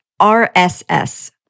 RSS